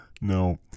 No